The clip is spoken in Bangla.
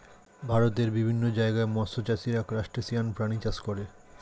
ভারতের নানান জায়গায় মৎস্য চাষীরা ক্রাসটেসিয়ান প্রাণী চাষ করে